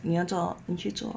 你要做你去做